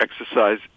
exercise